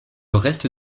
reste